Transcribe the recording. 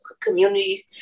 communities